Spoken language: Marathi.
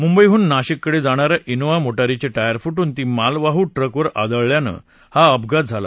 मुंबईहून नाशिककडे जाणाऱ्या इनोव्हा मोटारीचे टायर फुट्र्न ती मालवाह् ट्रकवर आदळल्यानं हा अपघात झाला